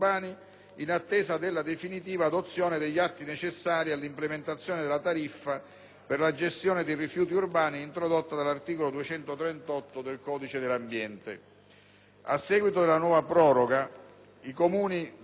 in attesa della definitiva adozione degli atti necessari all'implementazione della tariffa per la gestione dei rifiuti urbani introdotta dall'articolo 238 del codice dell'ambiente. A seguito della nuova proroga, i Comuni